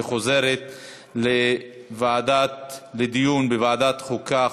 וחוזרת לדיון בוועדת החוקה,